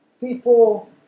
people